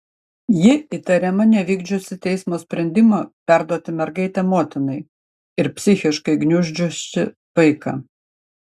ji įtariama nevykdžiusi teismo sprendimo perduoti mergaitę motinai ir psichiškai gniuždžiusi vaiką